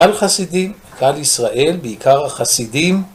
על חסידים, קהל ישראל, בעיקר החסידים